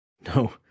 No